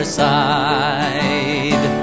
side